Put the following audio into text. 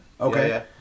Okay